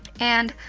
and